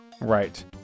right